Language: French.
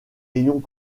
ayons